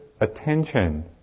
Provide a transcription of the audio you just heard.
attention